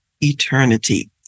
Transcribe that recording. eternity